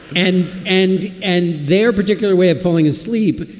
and and and their particular way of falling asleep.